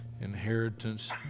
inheritance